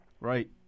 Right